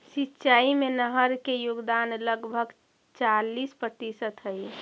सिंचाई में नहर के योगदान लगभग चालीस प्रतिशत हई